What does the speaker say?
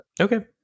Okay